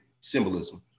symbolism